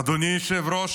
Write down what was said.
אדוני היושב-ראש,